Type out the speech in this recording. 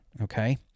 Okay